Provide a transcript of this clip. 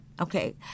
Okay